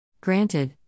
Granted